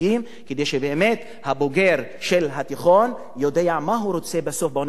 כדי שבאמת בוגר התיכון ידע מה הוא רוצה בסוף באוניברסיטה,